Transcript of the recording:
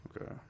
Okay